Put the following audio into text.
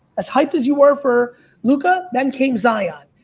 as hyped as you are for luca, then came zion.